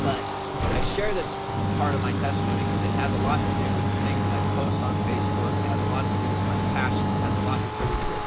but i share this part of my testimony because it has a lot to do with the things that i post on facebook, has a lot to do with my passions and has a lot to do with